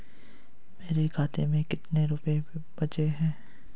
मेरे खाते में कितने रुपये बचे हैं?